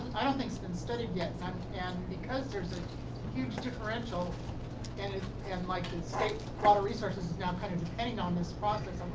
i don't think it's been studied yet and yeah because there's a huge differential and like the state well the resource is now kind of depending on this process.